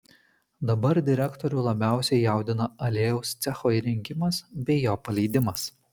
dabar direktorių labiausiai jaudina aliejaus cecho įrengimas bei jo paleidimas